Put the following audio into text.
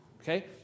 Okay